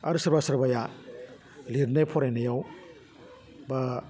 आरो सोरबा सोरबाया लिरनाय फरायनायाव बा